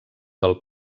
del